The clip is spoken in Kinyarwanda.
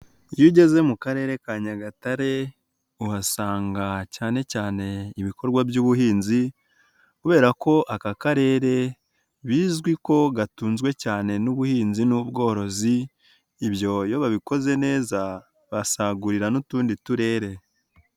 Iyo ugeze mu Karere ka Nyagatare, uhasanga cyane cyane ibikorwa by'ubuhinzi kubera ko aka karere bizwi ko gatunzwe cyane n'ubuhinzi n'ubworozi, ibyo iyo babikoze neza basagurira n'utundi turere.